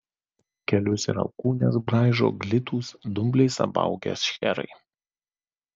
kelius ir alkūnes braižo glitūs dumbliais apaugę šcherai